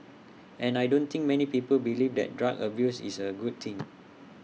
and I don't think many people believe that drug abuse is A good thing